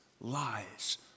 lies